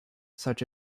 such